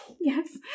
Yes